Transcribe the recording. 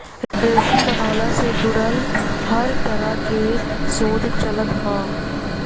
रेशम बनवला से जुड़ल हर तरह के शोध चलत हौ